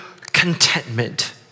contentment